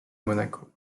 monaco